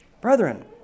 Brethren